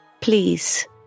please